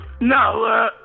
No